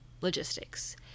logistics